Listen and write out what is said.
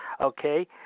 Okay